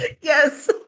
Yes